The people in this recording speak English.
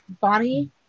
Bonnie